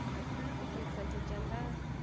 approve the consent agenda